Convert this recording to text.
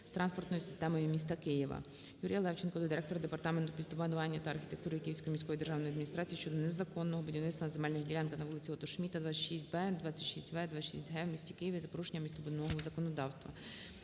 з транспортною системою міста Києва. ЮріяЛевченка до директора Департаменту містобудування та архітектури Київської міської державної адміністрації щодо незаконного будівництва на земельних ділянках на вулиці Отто Шмідта, 26-Б, 26-В, 26-Г у місті Києві та порушення містобудівного законодавства.